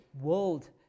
world